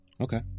Okay